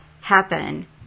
happen